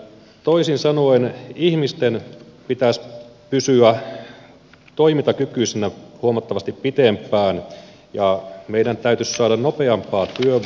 toisin sanoen ihmisten pitäisi pysyä toimintakykyisinä huomattavasti pitempään ja meidän täytyisi saada nopeampaan työvoimaa koulunpenkeiltä